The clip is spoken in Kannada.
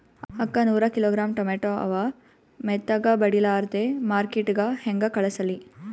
ಅಕ್ಕಾ ನೂರ ಕಿಲೋಗ್ರಾಂ ಟೊಮೇಟೊ ಅವ, ಮೆತ್ತಗಬಡಿಲಾರ್ದೆ ಮಾರ್ಕಿಟಗೆ ಹೆಂಗ ಕಳಸಲಿ?